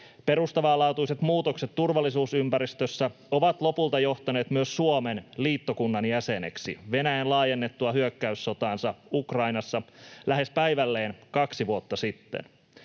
Perustavanlaatuiset muutokset turvallisuusympäristössä ovat lopulta johtaneet myös Suomen liittokunnan jäseneksi Venäjän laajennettua hyökkäyssotaansa Ukrainassa lähes päivälleen kaksi vuotta sitten.